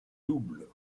double